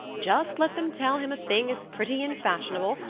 just let them tell him a thing is pretty and fashionable,